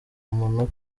muntu